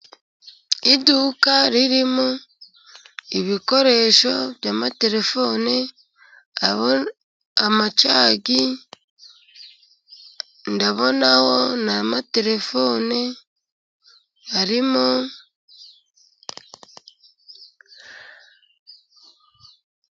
Iduka ririmo ibikoresho by'amaterefone, amacagi, ndabonaho n'amatelefone arimo.